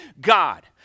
God